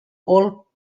all